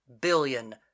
billion